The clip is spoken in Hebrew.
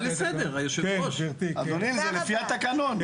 אדוני, זה לפי התקנון.